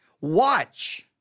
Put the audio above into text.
Watch